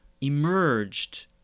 emerged